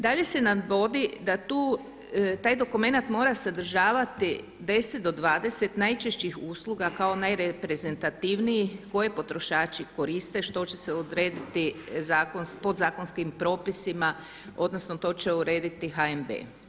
Dalje se navodi da taj dokumenat mora sadržavati 10 do 20 najčešćih usluga kao najreprezentativniji koje potrošači koriste što će se odrediti podzakonskim propisima, odnosno to će urediti HNB.